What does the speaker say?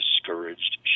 discouraged